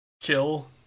kill